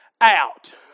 out